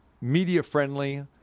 media-friendly